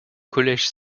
collège